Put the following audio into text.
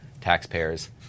taxpayers